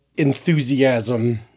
Enthusiasm